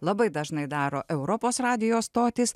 labai dažnai daro europos radijo stotys